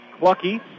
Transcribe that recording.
Clucky